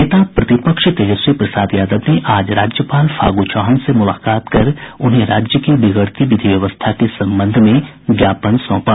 नेता प्रतिपक्ष तेजस्वी प्रसाद यादव ने आज राज्यपाल फागू चौहान से मुलाकात कर उन्हें राज्य की बिगड़ती विधि व्यवस्था के संबंध में ज्ञापन सौंपा